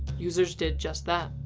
users did just that.